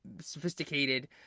sophisticated